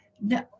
no